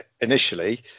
initially